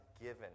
given